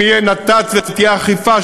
אם יהיה נת"צ ותהיה אכיפה,